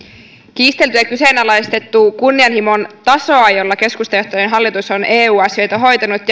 kiistelty ja kyseenalaistettu kunnianhimon tasoa jolla keskustajohtoinen hallitus on eu asioita hoitanut